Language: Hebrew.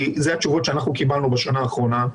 כי אלו התשובות שקיבלנו בשנה האחרונה,